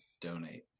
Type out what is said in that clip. donate